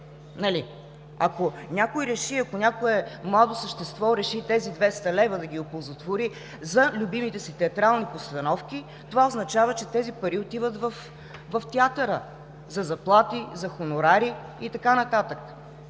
нали? Ако някой реши, ако някое младо същество реши тези 200 лв. да ги оползотвори за любимите си театрални постановки, това означава, че тези пари отиват в театъра – за заплати, за хонорари и така нататък.